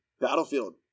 Battlefield